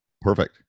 Perfect